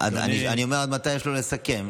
אני אומר עד מתי יש לו לסכם,